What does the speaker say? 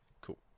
Cool